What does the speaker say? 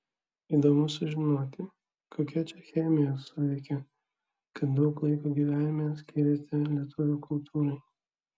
įdomu sužinoti kokia čia chemija suveikė kad daug laiko gyvenime skyrėte lietuvių kultūrai